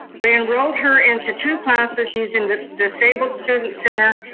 we enrolled her into two classes using the disabled students center,